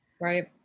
right